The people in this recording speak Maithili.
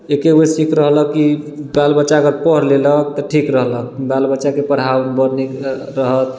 एके बेर सीखि रहलक कि बालबच्चा अगर पढ़ि लेलक तऽ ठीक रहलक बालबच्चाके पढ़ाबऽमे बड़ नीक रहत